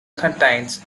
contains